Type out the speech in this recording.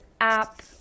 app